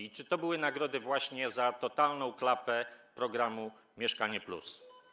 I czy to były nagrody właśnie za totalną klapę programu „Mieszkanie+”